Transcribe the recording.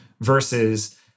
versus